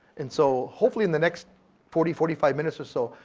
and so hopefully in the next forty, forty five minutes or so,